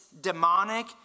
demonic